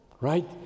right